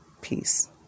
Peace